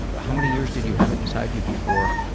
ah how many years did you have it inside you before?